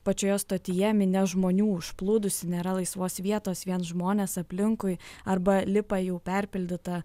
pačioje stotyje minia žmonių užplūdusi nėra laisvos vietos vien žmonės aplinkui arba lipa į jau perpildytą